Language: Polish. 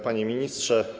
Panie Ministrze!